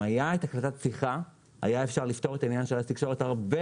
אם הייתה הקלטת שיחה היה אפשר לפתור את העניין של אייס תקשורת הרבה